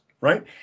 right